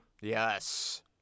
Yes